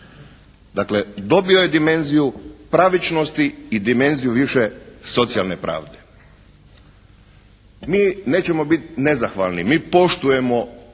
Dakle, dobio je dimenziju pravičnosti i dimenziju više socijalne pravde. Mi nećemo biti nezahvalni. Mi poštujemo